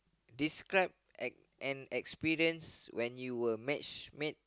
describe an an experience when you were matchmade